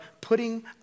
putting